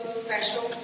special